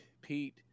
Pete